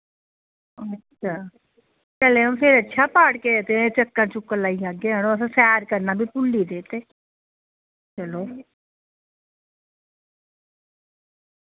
अच्छा चलयो फिर अच्छा पार्के ते चक्कर चुक्कर लाई औगे अड़ो अस सैर करना वी भुल्ली दे ते चलो